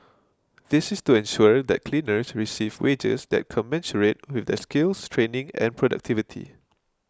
this is to ensure that cleaners receive wages that commensurate skills training and productivity